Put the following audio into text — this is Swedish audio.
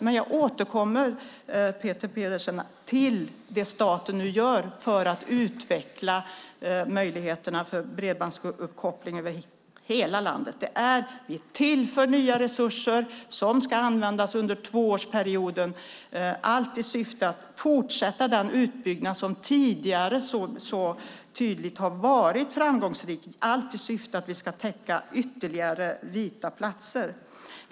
Men jag återkommer, Peter Pedersen, till det som staten nu gör för att utveckla möjligheterna till bredbandsuppkoppling över hela landet. Vi tillför nya resurser som ska användas under tvåårsperioden för att fortsätta den utbyggnad som tidigare så tydligt har varit framgångsrik, allt i syfte att täcka ytterligare vita fläckar.